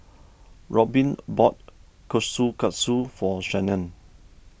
Robbin bought Kushikatsu for Shannen